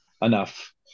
enough